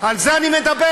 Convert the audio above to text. על זה אני מדבר.